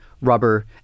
rubber